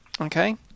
Okay